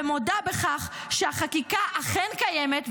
ומודה בכך שהחקיקה אכן קיימת.